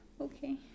Okay